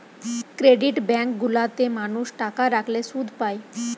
credit bank গুলা তে মানুষ টাকা রাখলে শুধ পায়